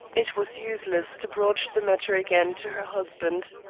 it was useless to broach the matter again to her husband.